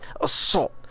assault